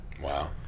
Wow